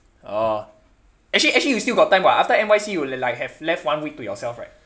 oh actually actually we still got time [what] after N_Y_C you you like like left one week to yourself right